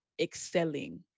excelling